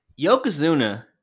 Yokozuna